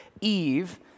Eve